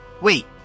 Wait